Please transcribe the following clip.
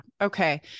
Okay